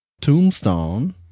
Tombstone